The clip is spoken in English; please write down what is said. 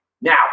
Now